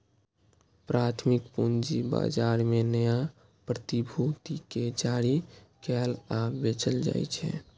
प्राथमिक पूंजी बाजार मे नया प्रतिभूति कें जारी कैल आ बेचल जाइ छै